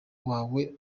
wawe